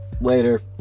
later